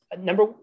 Number